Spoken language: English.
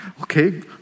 Okay